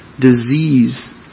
Disease